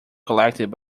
collected